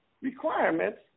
requirements